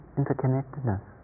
interconnectedness